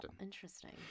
interesting